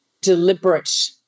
deliberate